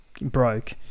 broke